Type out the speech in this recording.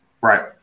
Right